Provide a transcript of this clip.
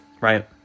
Right